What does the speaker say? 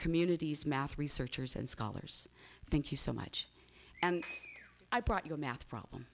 communities math researchers and scholars thank you so much and i brought you a math problem